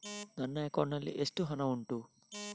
ನನ್ನ ಅಕೌಂಟ್ ನಲ್ಲಿ ಎಷ್ಟು ಹಣ ಉಂಟು?